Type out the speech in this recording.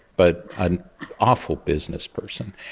but an awful businessperson.